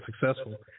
successful